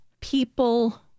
People